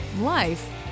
life